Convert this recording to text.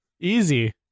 Easy